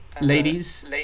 Ladies